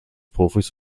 profis